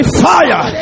fire